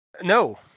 No